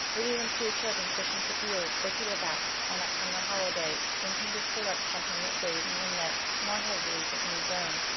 or even two children fishing for eels or tittlebats on that summer holiday when paynter pulled up something that weighed in the net more heavily than any bone.